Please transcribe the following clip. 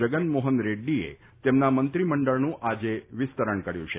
જગન મોહન રેડ્ડીએ તેમના મંત્રીમંડળનું આજે વિસ્તરણ કર્યું છે